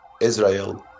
Israel